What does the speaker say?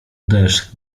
deszcz